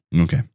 Okay